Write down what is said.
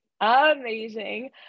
amazing